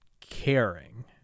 caring